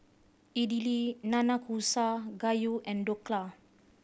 Idili Nanakusa Gayu and Dhokla